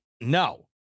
No